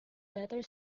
letter